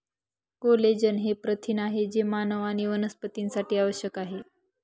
collagen हे प्रथिन आहे जे मानव आणि वनस्पतींसाठी आवश्यक आहे